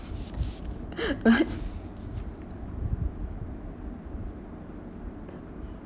what